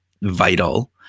vital